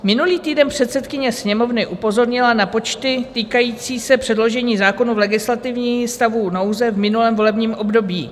Minulý týden předsedkyně Sněmovny upozornila na počty týkající se předložení zákonů v legislativním stavu nouze v minulém volebním období.